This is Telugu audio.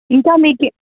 ఇంకా మీకు